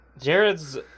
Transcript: Jared's